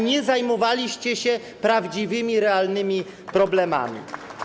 Nie zajmowaliście się prawdziwymi, realnymi problemami.